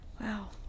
Wow